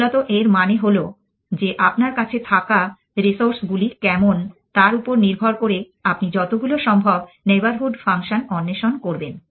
মূলত এর মানে হল যে আপনার কাছে থাকা রিসোর্স গুলি কেমন তার উপর নির্ভর করে আপনি যতগুলো সম্ভব নেইবরহুড ফাংশন অন্বেষণ করবেন